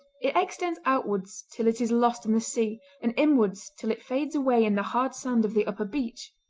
it extends outwards till it is lost in the sea, and inwards till it fades away in the hard sand of the upper beach.